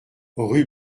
rue